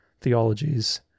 theologies